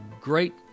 great